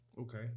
Okay